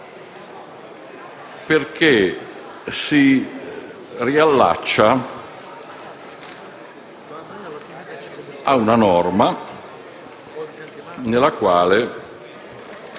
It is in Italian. perché si riallaccia ad una norma nella quale